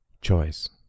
choice